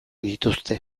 dituzte